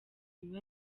biba